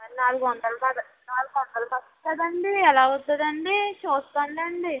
మరి నాలుగు వందలు నాలుగు వందలకి వస్తుందా అండి ఎలా అవుతుందండి చూస్తానులెండి